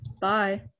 Bye